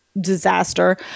disaster